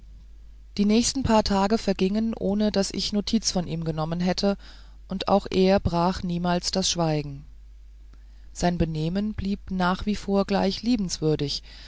die nächsten paar tage vergingen ohne daß ich notiz von ihm genommen hätte und auch er brach niemals das schweigen sein benehmen blieb nach wie vor gleich liebenswürdig